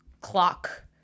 clock